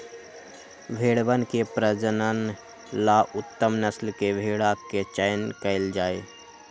भेंड़वन के प्रजनन ला उत्तम नस्ल के भेंड़ा के चयन कइल जाहई